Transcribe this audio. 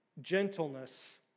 gentleness